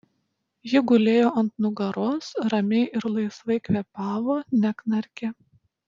ji gulėjo ant nugaros ramiai ir laisvai kvėpavo neknarkė